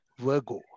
virgo